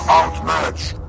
outmatched